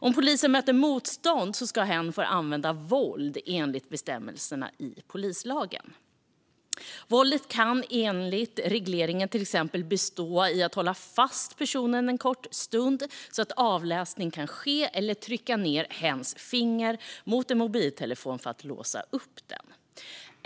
Om polisen möter motstånd ska hen få använda våld enligt bestämmelserna i polislagen. Våldet kan enligt regeringen till exempel bestå i att hålla fast personen en kort stund så att avläsning kan ske eller att trycka ned hens finger mot en mobiltelefon för att låsa upp den.